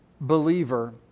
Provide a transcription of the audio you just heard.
believer